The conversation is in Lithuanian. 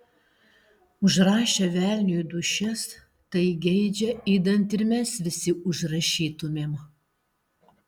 užrašę velniui dūšias tai geidžia idant ir mes visi užrašytumėm